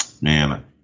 man